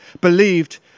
believed